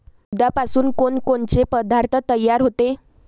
दुधापासून कोनकोनचे पदार्थ तयार होते?